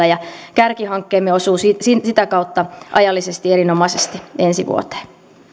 ja kärkihankkeemme osuu sitä sitä kautta ajallisesti erinomaisesti ensi vuoteen